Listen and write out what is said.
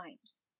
times